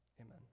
amen